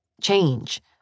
change